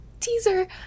teaser